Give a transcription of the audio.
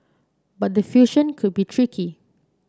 but the fusion could be tricky